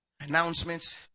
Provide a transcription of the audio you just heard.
announcements